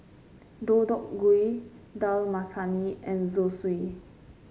Deodeok Gui Dal Makhani and Zosui